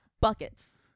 buckets